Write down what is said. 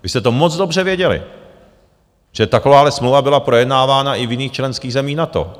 Vy jste to moc dobře věděli, že takováhle smlouva byla projednávána i v jiných členských zemích NATO.